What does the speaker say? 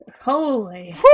Holy